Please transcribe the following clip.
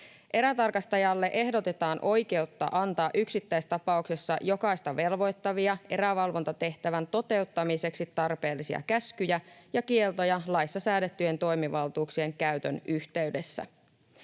Erätarkastajalle ehdotetaan oikeutta antaa yksittäistapauksessa jokaista velvoittavia, erävalvontatehtävän toteuttamiseksi tarpeellisia käskyjä ja kieltoja laissa säädettyjen toimivaltuuksien käytön yhteydessä.